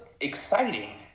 exciting